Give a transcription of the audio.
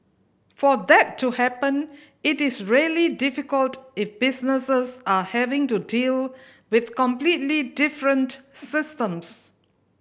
for that to happen it is really difficult if businesses are having to deal with completely different systems